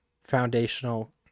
foundational